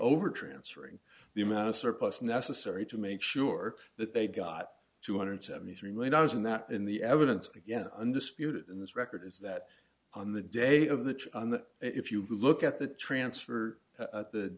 over transferring the amount of surplus necessary to make sure that they got two hundred seventy three million dollars and that in the evidence again undisputed in this record is that on the day of the if you look at the transfer